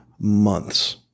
months